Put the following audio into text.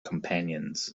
companions